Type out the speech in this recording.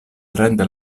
rende